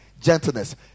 gentleness